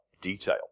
Detail